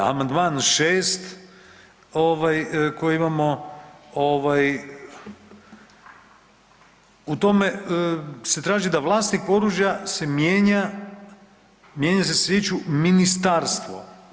Amandman 6 koji imamo u tome se traži da vlasnik oružja se mijenja, mijenja se … ministarstvo.